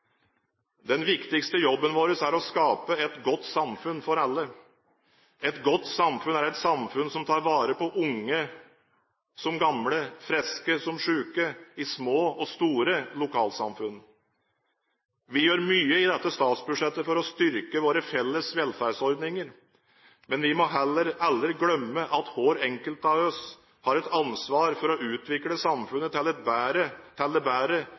Den viktigste jobben vår er å skape et godt samfunn for alle. Et godt samfunn er et samfunn som tar vare på unge som gamle, friske som syke, i små og store lokalsamfunn. Vi gjør mye i dette statsbudsjettet for å styrke våre felles velferdsordninger. Men vi må heller aldri glemme at hver enkelt av oss har et ansvar for å utvikle samfunnet til det bedre og for å bedre